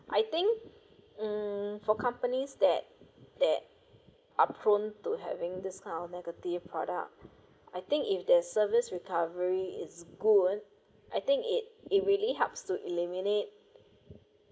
I think mm for companies that that are prone to having this kind of negative product I think if their service recovery is good I think it it really helps to eliminate